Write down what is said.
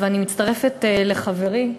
אני מצטרפת לחברי,